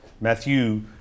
Matthew